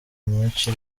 nyinshi